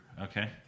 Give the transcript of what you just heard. Okay